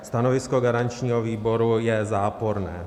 Stanovisko garančního výboru je záporné.